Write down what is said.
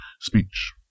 Speech